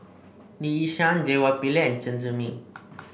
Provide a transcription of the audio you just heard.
Lee Yi Shyan J Y Pillay Chen Zhiming